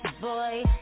boy